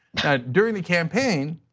during the campaign,